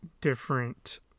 different